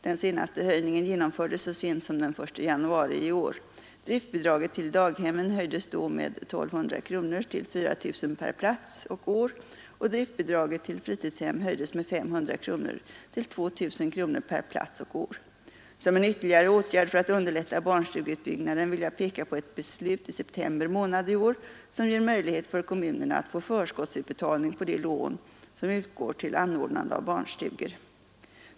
Den senaste höjningen genomfördes så sent som den 1 januari i år. Driftbidraget till daghemmen höjdes då med 1 200 kronor till 4 000 kronor per plats och år och driftbidraget till fritidshem höjdes med 500 kronor till 2 000 kronor per plats och år. Som en ytterligare åtgärd för att underlätta barnstugeutbyggnaden vill jag peka på ett beslut i september månad i år som ger möjlighet för kommunerna att få förskottsutbetalning av de lån som utgår till anordnande av barnstugor.